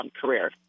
career